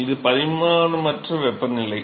இது பரிமாணமற்ற வெப்பநிலை